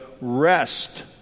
rest